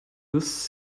this